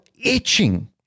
Itching